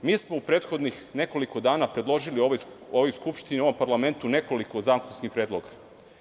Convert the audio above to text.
Mi smo u prethodnih nekoliko dana, predložili ovoj skupštini ovom parlamentu nekoliko zakonskih predloga.